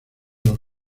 los